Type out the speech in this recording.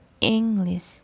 English